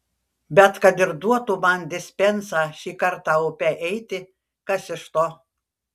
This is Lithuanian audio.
bet kad ir duotų man dispensą šį kartą upe eiti kas iš to